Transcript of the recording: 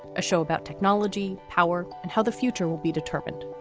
a show about technology, power and how the future will be determined.